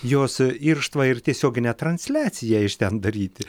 jos irštvą ir tiesioginę transliaciją iš ten daryti